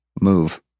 move